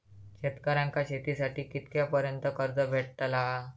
शेतकऱ्यांका शेतीसाठी कितक्या पर्यंत कर्ज भेटताला?